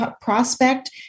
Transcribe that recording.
prospect